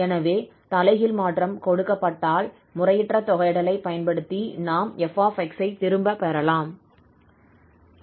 எனவே தலைகீழ் ஃபோரியர் மாற்றம் கொடுக்கப்பட்டால் இந்த முறையற்ற தொகையிடலை பயன்படுத்தி நாம் 𝑓𝑥 ஐ திரும்ப பெறலாம்